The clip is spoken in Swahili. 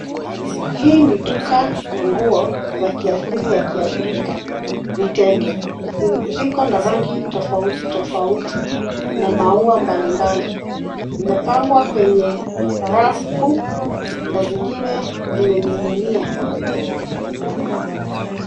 Hii ni duka ya nguo za kiasili ya kiafrika, vitenge. Vikona rangi tofauti tofauti na maua mbalimbali. Vimepangwa kwenye rafu na zingine zimening'inia.